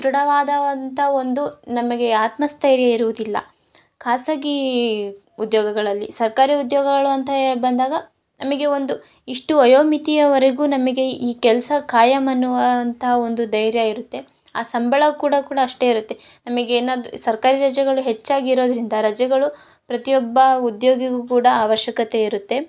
ದೃಢವಾದವಂಥ ಒಂದು ನಮಗೆ ಆತ್ಮಸ್ಥೈರ್ಯ ಇರುವುದಿಲ್ಲ ಖಾಸಗಿ ಉದ್ಯೋಗಗಳಲ್ಲಿ ಸರ್ಕಾರಿ ಉದ್ಯೋಗಗಳು ಅಂತ ಏ ಬಂದಾಗ ನಮಗೆ ಒಂದು ಇಷ್ಟು ವಯೋಮಿತಿಯವರೆಗು ನಮಗೆ ಈ ಕೆಲಸ ಖಾಯಂ ಅನ್ನುವ ಅಂತ ಒಂದು ಧೈರ್ಯ ಇರುತ್ತೆ ಆ ಸಂಬಳ ಕೂಡ ಕೂಡ ಅಷ್ಟೇ ಇರುತ್ತೆ ನಮಗೆ ಏನದು ಸರ್ಕಾರೀ ರಜೆಗಳು ಹೆಚ್ಚಾಗಿ ಇರೋದ್ರಿಂದ ರಜೆಗಳು ಪ್ರತಿಯೊಬ್ಬ ಉದ್ಯೋಗಿಗೂ ಕೂಡ ಅವಶ್ಯಕತೆ ಇರುತ್ತೆ